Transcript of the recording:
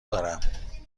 دارم